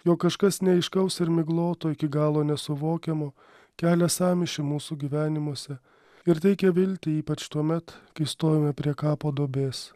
jog kažkas neaiškaus ir migloto iki galo nesuvokiamo kelia sąmyšį mūsų gyvenimuose ir teikia viltį ypač tuomet kai stovime prie kapo duobės